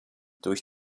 durch